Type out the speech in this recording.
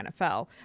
NFL